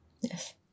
Yes